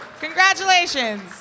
Congratulations